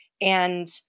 And-